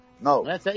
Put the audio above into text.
no